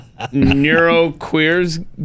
neuroqueers